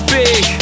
big